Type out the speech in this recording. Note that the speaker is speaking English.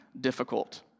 difficult